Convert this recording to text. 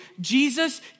Jesus